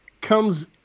comes